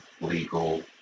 legal